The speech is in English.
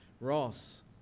Ross